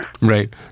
Right